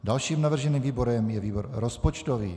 Dalším navrženým výborem je výbor rozpočtový.